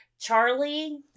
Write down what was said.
charlie